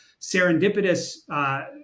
serendipitous